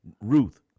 Ruth